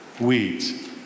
weeds